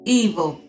evil